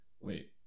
wait